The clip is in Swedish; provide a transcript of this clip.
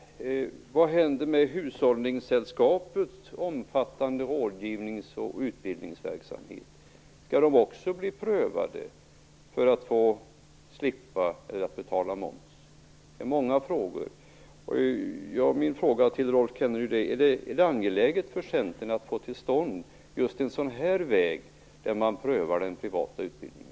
Vad händer med Hushållningssällskapets omfattande rådgivnings och utbildningsverksamhet? Skall den också prövas för att få slippa moms eller bli momspliktig? Det är många. Är det angeläget för Centern att få till stånd just en sådan här väg att pröva den privata utbildningen?